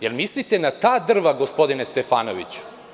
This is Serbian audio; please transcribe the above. Jel mislite na ta drva, gospodine Stefanoviću?